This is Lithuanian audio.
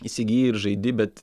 įsigyji ir žaidi bet